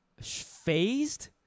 phased